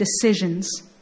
decisions